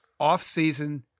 offseason